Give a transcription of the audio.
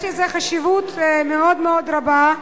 יש לזה חשיבות מאוד מאוד רבה,